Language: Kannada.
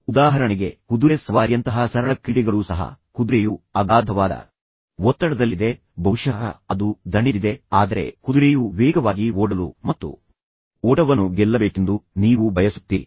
ಉದಾಹರಣೆಗೆ ಕುದುರೆ ಸವಾರಿಯಂತಹ ಸರಳ ಕ್ರೀಡೆಗಳೂ ಸಹ ಕುದುರೆಯು ಅಗಾಧವಾದ ಒತ್ತಡದಲ್ಲಿದೆ ಬಹುಶಃ ಅದು ದಣಿದಿದೆ ಆದರೆ ನಂತರ ಕುದುರೆಯು ವೇಗವಾಗಿ ಓಡಲು ಮತ್ತು ಓಟವನ್ನು ಗೆಲ್ಲಬೇಕೆಂದು ನೀವು ಬಯಸುತ್ತೀರಿ